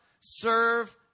serve